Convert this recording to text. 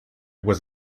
was